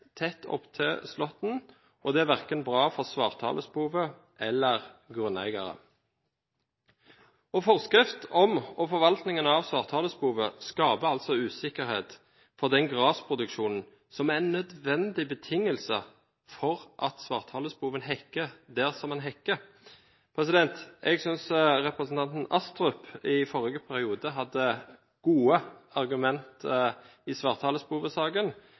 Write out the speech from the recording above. tett opp til slåtten, og det er verken bra for svarthalespoven eller grunneieren. Forskriften om og forvaltningen av svarthalespove skaper altså usikkerhet for den grasproduksjonen som er en nødvendig betingelse for at svarthalespoven hekker der den hekker. Jeg synes representanten Astrup i forrige periode hadde gode argumenter i